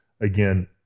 again